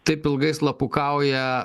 taip ilgai slapukauja